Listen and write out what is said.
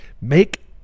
make